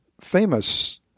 famous